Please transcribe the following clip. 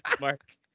Mark